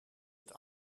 het